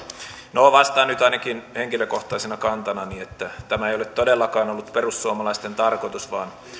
no vastaan nyt ainakin henkilökohtaisena kantanani että tämä ei ole todellakaan ollut perussuomalaisten tarkoitus vaan